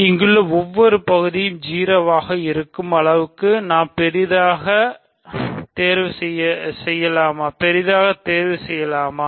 இங்குள்ள ஒவ்வொரு பகுதியும் 0 ஆக இருக்கும் அளவுக்கு நாம் பெரியதாக பெரியதாக தேர்வு செய்யலாமா